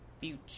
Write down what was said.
Future